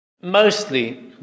mostly